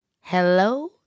hello